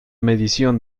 medición